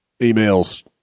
Emails